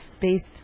based